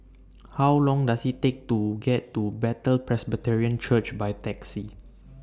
How Long Does IT Take to get to Bethel Presbyterian Church By Taxi